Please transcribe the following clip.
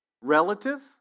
relative